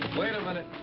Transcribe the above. wait a minute.